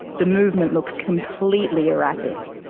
the movement looks completely erratic.